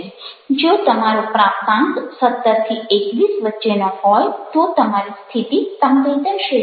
જો તમારો પ્રાપ્તાંક 17 21 વચ્ચેનો હોય તો તમારી સ્થિતિ સંવેદનશીલ છે